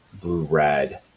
blue-red